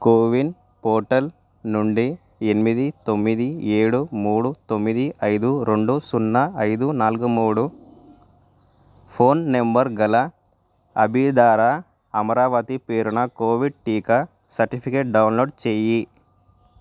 CoWIN portal నుండి ఎనిమిది తొమ్మిది ఏడు మూడు తొమ్మిది ఐదు రెండు సున్నా ఐదు నాలుగు మూడు ఫోన్ నంబర్గల అబిదార అమరావతి పేరున కోవిడ్ టీకా సర్టిఫికేట్ డౌన్లోడ్ చెయ్యి